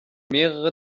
mehrere